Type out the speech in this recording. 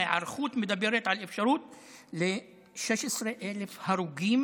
ההערכות מדברות על אפשרות ל-16,000 הרוגים,